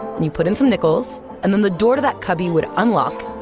and you'd put in some nickels, and then the door to that cubby would unlock,